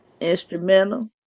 instrumental